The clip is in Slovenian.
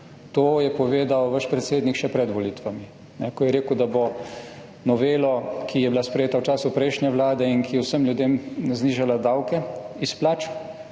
to je povedal vaš predsednik še pred volitvami, ko je rekel, da bo novelo, ki je bila sprejeta v času prejšnje vlade in ki je vsem ljudem znižala davke iz plač,